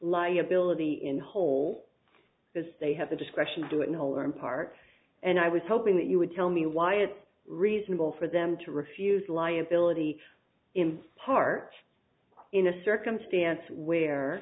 liability in whole because they have the discretion to do it in whole or in part and i was hoping that you would tell me why it's reasonable for them to refuse liability in part in a circumstance where